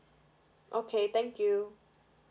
okay thank you